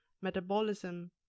metabolism